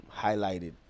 highlighted